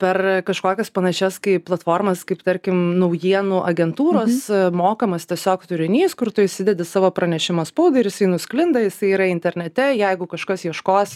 per kažkokias panašias kaip platformas kaip tarkim naujienų agentūros mokamas tiesiog turinys kur tu įsidedi savo pranešimą spaudai ir jisai nusklinda jisai yra internete jeigu kažkas ieškos